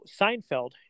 Seinfeld